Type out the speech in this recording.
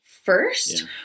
first